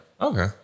Okay